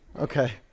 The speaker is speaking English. Okay